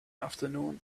afternoon